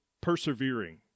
persevering